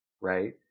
right